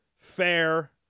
Fair